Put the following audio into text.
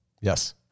Yes